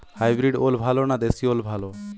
Hybrid ওল ভালো না দেশী ওল ভাল?